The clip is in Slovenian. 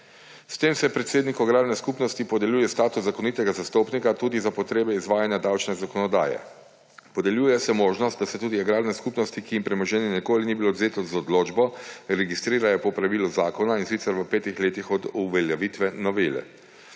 S tem se je predsedniku agrarne skupnosti podeljuje status zakonitega zastopnika tudi za potrebe izvajanja davčne zakonodaje. Podeljuje se možnost, da se tudi agrarne skupnosti, ki jim premoženje nikoli ni bilo odvzeto z odločbo, registrirajo po pravilu zakona, in sicer v petih letih od uveljavitve novele.